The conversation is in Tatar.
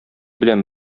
белән